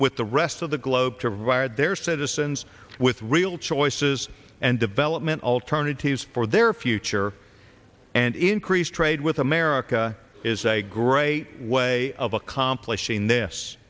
with the rest of the globe provide their citizens with real choices and development alternatives for their future and increase trade with america is a great way of accomplishing this